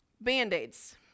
Band-Aids